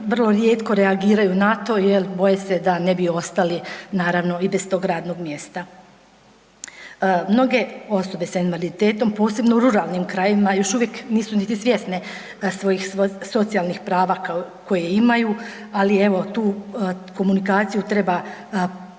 vrlo rijetko reagiraju na to jer boje se da ne bi ostali naravno i bez tog radnog mjesta. Mnoge osobe sa invaliditetom posebno u ruralnim krajevima još uvijek nisu niti svjesne svojih socijalnih prava koje imaju, ali evo, tu komunikaciju treba poboljšati